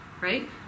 Right